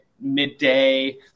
midday